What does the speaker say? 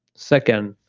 second,